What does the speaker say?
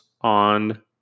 on